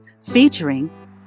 Featuring